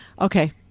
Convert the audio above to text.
okay